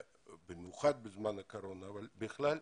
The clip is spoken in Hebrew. במיוחד בזמן הקורונה אבל בכלל,